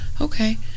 Okay